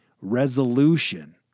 resolution